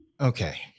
Okay